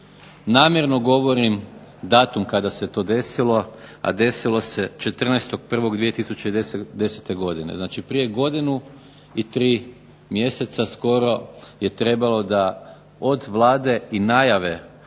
Namjerno govorim datum kada se to desilo, a desilo se 14.1.2010. godine. Znači, prije godinu i tri mjeseca skoro je trebalo da od Vlade i najave